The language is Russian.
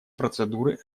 процедуры